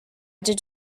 did